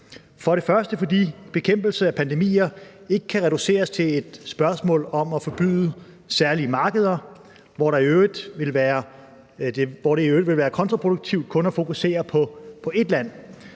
For det første, fordi bekæmpelse af pandemier ikke kan reduceres til et spørgsmål om at forbyde særlige markeder, hvor det i øvrigt vil være kontraproduktivt kun at fokusere på ét land.